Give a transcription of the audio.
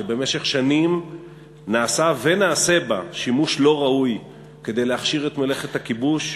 שבמשך שנים נעשה ונעשֶה בה שימוש לא ראוי כדי להכשיר את מלאכת הכיבוש,